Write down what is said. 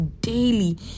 daily